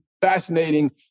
fascinating